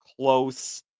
close